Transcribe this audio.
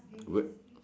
good